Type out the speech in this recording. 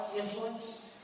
influence